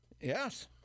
Yes